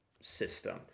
system